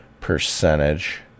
percentage